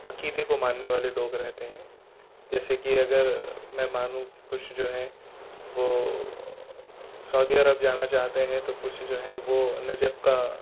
عقیدے کو ماننے والے لوگ رہتے ہیں جیسے کہ اگر میں مانوں کہ کچھ جو ہیں وہ سعودی عرب جانا چاہتے ہیں تو کچھ جو ہیں وہ نجب کا